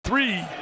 Three